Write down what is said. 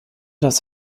das